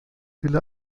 villa